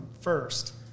first